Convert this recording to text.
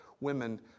women